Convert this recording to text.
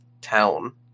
town